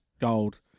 gold